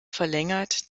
verlängert